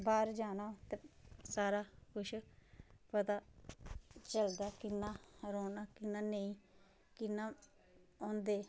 बाहर जाना ते सारा कुछ पता चलदा कि'यां रौहना कि'यां नेईं कि'यां होंदे